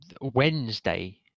Wednesday